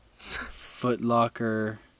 footlocker